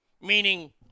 meaning